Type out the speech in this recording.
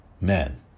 men